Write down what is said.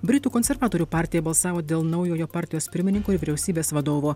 britų konservatorių partija balsavo dėl naujojo partijos pirmininko ir vyriausybės vadovo